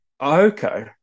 Okay